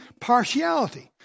partiality